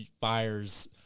fires